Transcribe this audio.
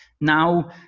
Now